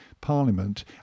parliament